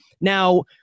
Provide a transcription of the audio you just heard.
Now